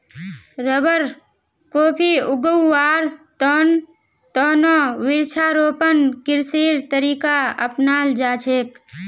rubber, coffee उगव्वार त न वृक्षारोपण कृषिर तरीका अपनाल जा छेक